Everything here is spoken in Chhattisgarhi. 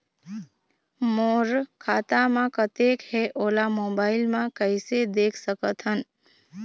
मोर खाता म कतेक हे ओला मोबाइल म कइसे देख सकत हन?